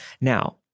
Now